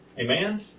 amen